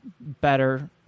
better